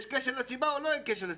יש קשר לסיבה או אין קשר לסיבה?